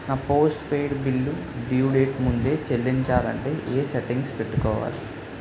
నా postpaid bill due date ముందే చెల్లించాలంటే ఎ సెట్టింగ్స్ పెట్టుకోవాలి?